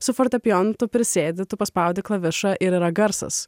su fortepijonu tu prisėdi tu paspaudi klavišą ir yra garsas